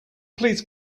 please